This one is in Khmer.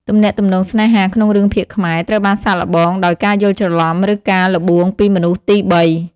ទំនាក់ទំនងស្នេហាក្នុងរឿងភាពខ្មែរ ត្រូវបានសាកល្បងដោយការយល់ច្រឡំ ឬការល្បួងពីមនុស្សទីបី។